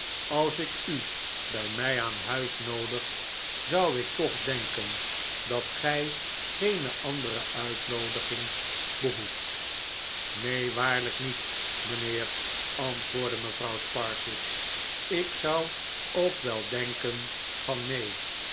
als ik u bij mij aan huis noodig zou ik toch denken dat gij geene andere uitnoodiging behoeft neen waarlijk niet rnijnheer antwoordde mevrouw sparsit ik zou ook wel denken van neen